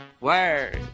word